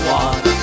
one